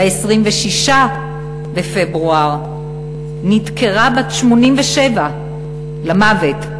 ב-26 בפברואר נדקרה בת 87 למוות,